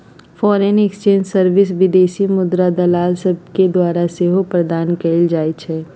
foreign exchange service विदेशी मुद्राके दलाल सभके द्वारा सेहो प्रदान कएल जाइ छइ